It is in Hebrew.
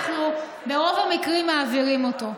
אנחנו ברוב המקרים מעבירים אותו.